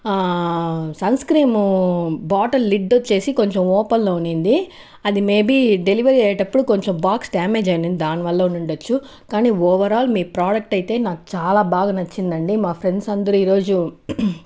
ఆ sunscreen bottle lid వచ్చేసి కొంచెం ఓపెన్లో ఉండింది అది మే బీ డెలివరీ అయ్యేటప్పుడు కొంచెం బాక్స్ డామేజ్ అయ్యుంది దానివల్ల అయ్యుండొచ్చు కానీ ఓవరాల్ మీ ప్రోడక్ట్ అయితే నాకు చాలా బాగా నచ్చిందండి మా ఫ్రెండ్స్ అందరూ ఈరోజు